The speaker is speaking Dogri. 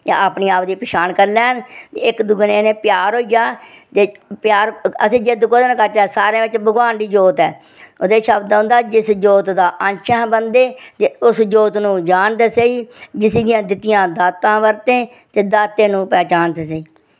यां अपनी आप दी पछान कर लैन ते इक दुए नै इनें प्यार होइया ते प्यार अस जिद्द कोह्दे नै करचै सारें बिच भगवान दी ज्योत ऐ ओह्दे शब्द औंदा जिस ज्योत दा अंश हैं बंदे ते उस ज्योत नूं जान ते सेही जिस हियां दित्तियां दातां वर्तें ते दातें नूं पैहचान ते सेही